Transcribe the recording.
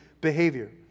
behavior